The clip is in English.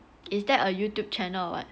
is it a Youtube channel or what